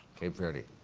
cape verde.